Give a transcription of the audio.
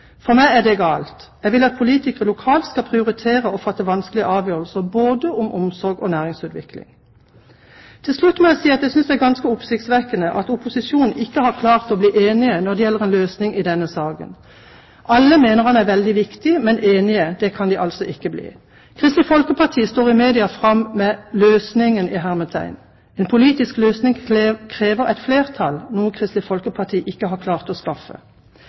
For meg er det galt. Jeg vil at politikere lokalt skal prioritere og fatte vanskelige avgjørelser om både omsorg og næringsutvikling. Til slutt må jeg si at jeg synes det er ganske oppsiktsvekkende at opposisjonen ikke har klart å bli enige når det gjelder en løsning i denne saken. Alle mener det er viktig, men enige, det kan de altså ikke bli. Kristelig Folkeparti står i media fram med «løsningen». En politisk løsning krever et flertall, noe Kristelig Folkeparti ikke har klart å skaffe.